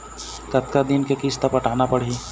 कतका दिन के किस्त पटाना पड़ही?